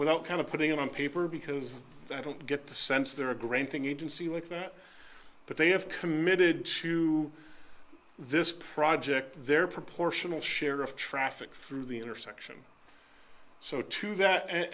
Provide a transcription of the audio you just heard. without kind of putting it on paper because i don't get the sense they're granting agency like that but they have committed to this project their proportional share of traffic through the intersection so to that end